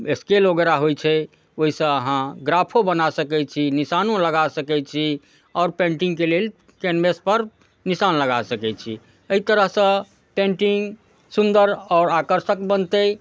scale वगैरह होइ छै ओइसँ अहाँ ग्राफो बना सकै छी निशानो लगा सकै छी आओर पेंटिंगके लेल कैनवसपर निशान लगा सकै छी अइ तरहसँ पेंटिंग सुन्दर आओर आकर्षक बनतै